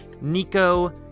nico